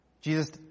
Jesus